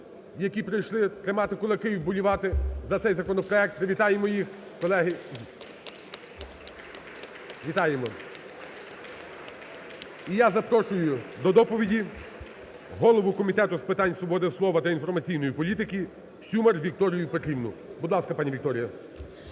які прийшли тримати кулаки і вболівати за цей законопроект, привітаємо їх, колеги. Вітаємо! І я запрошую до доповіді голову Комітету з питань свободи слова та інформаційної політики Сюмар Вікторію Петрівну. Будь ласка, пані Вікторія.